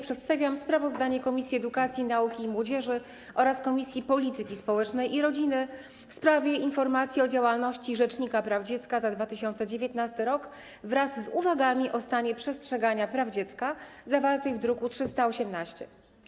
Przedstawiam sprawozdanie Komisji Edukacji, Nauki i Młodzieży oraz Komisji Polityki Społecznej i Rodziny w sprawie informacji o działalności rzecznika praw dziecka za 2019 r. wraz z uwagami o stanie przestrzegania praw dziecka, druk nr 318.